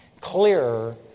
clearer